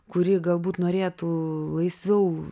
kuri galbūt norėtų laisviau